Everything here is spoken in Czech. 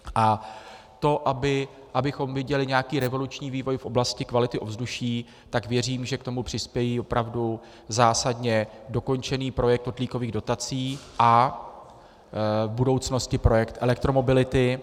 A to, abychom viděli nějaký revoluční vývoj v oblasti kvality ovzduší, tak věřím, že k tomu přispěje opravdu zásadně dokončený projekt kotlíkových dotací a v budoucnosti projekt elektromobility.